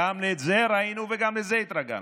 גם את זה ראינו וגם לזה התרגלנו.